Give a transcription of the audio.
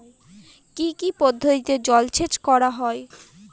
কি কি পদ্ধতিতে জলসেচ করা হয়?